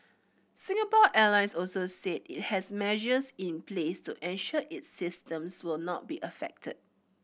Singapore Airlines also said it has measures in place to ensure its systems will not be affected